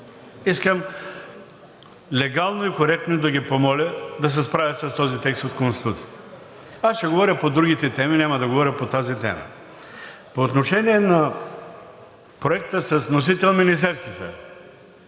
Искам легално и коректно да ги помоля да се справят с този текст от Конституцията. Аз ще говоря по другите теми, няма да говоря по тази тема. По отношение на Проекта с вносител Министерският